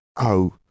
Oh